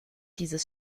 dieses